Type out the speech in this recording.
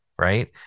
Right